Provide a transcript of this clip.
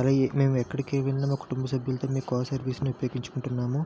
అలాగే మేము ఎక్కడికి వెళ్లిన మా కుటుంబ సభ్యులతో మీ కార్ సర్వీస్ని ఉపయోగించుకుంటున్నాము